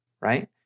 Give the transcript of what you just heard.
right